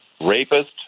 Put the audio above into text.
rapist